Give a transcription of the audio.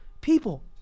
People